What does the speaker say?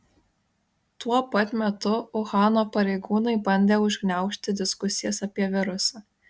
tuo pat metu uhano pareigūnai bandė užgniaužti diskusijas apie virusą